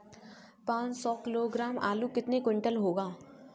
पाँच सौ किलोग्राम आलू कितने क्विंटल होगा?